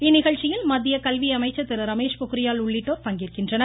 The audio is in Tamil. இந்நிகழ்ச்சியில் மத்திய கல்வியமைச்சர் திருரமேஷ் பொக்ரியால் உள்ளிட்டோர் பங்கேற்கின்றனர்